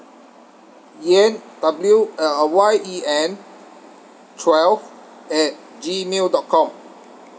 yen w~ uh uh Y E N twelve at G mail dot com